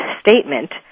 statement